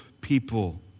people